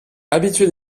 habitué